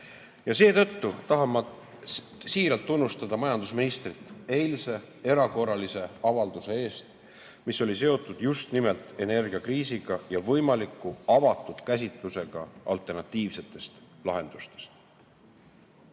Seetõttu tahan ma siiralt tunnustada majandusministrit eilse erakorralise avalduse eest, mis oli seotud just nimelt energiakriisiga ja võimalike alternatiivsete lahenduste